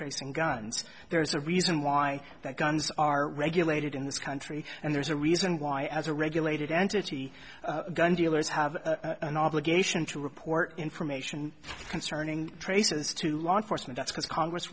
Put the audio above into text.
tracing guns there is a reason why that guns are regulated in this country and there's a reason why as a regulated entity gun dealers have an obligation to report information concerning traces to law enforcement that's because congress